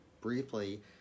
briefly